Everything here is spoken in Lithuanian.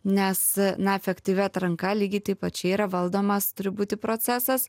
nes na efektyvi atranka lygiai taip pat čia yra valdomas turi būti procesas